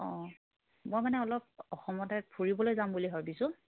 অঁ মই মানে অলপ অসমতে ফুৰিবলৈ যাম বুলি ভাবিছোঁ